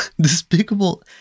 despicable